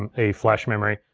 and a flash memory.